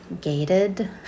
gated